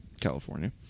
California